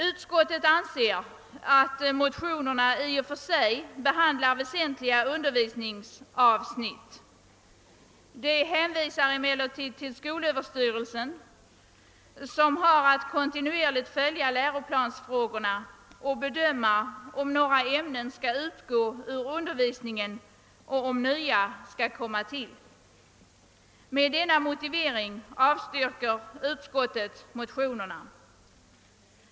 Utskottet skriver att motionerna i och för sig behandlar väsentliga undervisningsavsnitt men hänvisar till skolöverstyrelsen, som har att kontinuerligt följa läroplansfrågorna och bedöma om några ämnen skall utgå ur undervisningen och nya komma till. Med den motiveringen avstyrker utskottet motionerna.